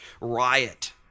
riot